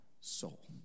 soul